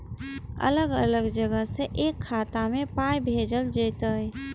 अलग अलग जगह से एक खाता मे पाय भैजल जेततै?